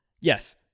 Yes